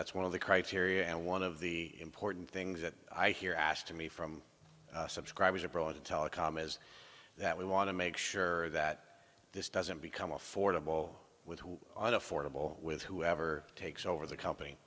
that's one of the criteria and one of the important things that i hear asked to me from subscribers abroad in telecom is that we want to make sure that this doesn't become affordable with an affordable with whoever takes over the company